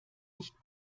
nicht